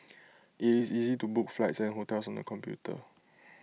is IT easy to book flights and hotels on the computer